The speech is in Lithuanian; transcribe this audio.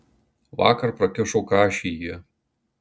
vakar prakišo kašį jie